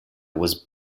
was